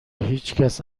هیچکس